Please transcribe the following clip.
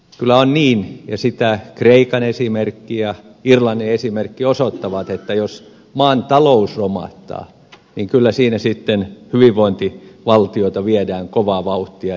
kyllä on niin ja sitä kreikan esimerkki ja irlannin esimerkki osoittavat että jos maan talous romahtaa niin kyllä siinä sitten hyvinvointivaltiota viedään kovaa vauhtia